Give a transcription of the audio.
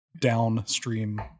Downstream